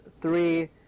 three